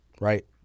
right